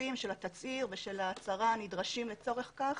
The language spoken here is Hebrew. הטפסים של התצהיר ושל ההצהרה הנדרשים לצורך כך.